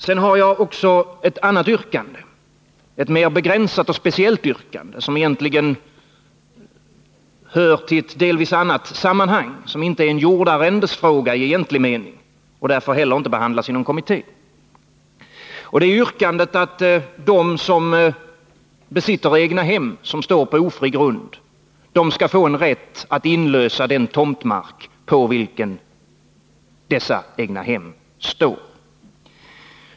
Sedan har jag också ett annat yrkande, ett mer begränsat och speciellt yrkande, som egentligen hör till ett delvis annat sammanhang. Det är inte en jordarrendesfråga i egentlig mening och behandlas därför heller inte inom kommittén. Det är yrkandet att de som besitter egnahem som står på ofri grund skall få rätt att inlösa den tomtmark på vilken dessa egnahem står.